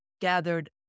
gathered